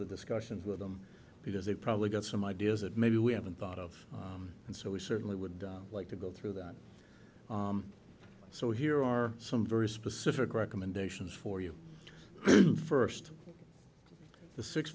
ther discussions with them because they've probably got some ideas that maybe we haven't thought of and so we certainly would like to go through that so here are some very specific recommendations for you first the six